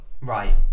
Right